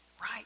right